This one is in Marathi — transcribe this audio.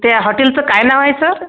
त्या हॉटेलचं काय नाव आहे सर